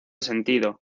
sentido